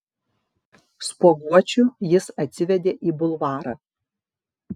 spuoguočių jis atsivedė į bulvarą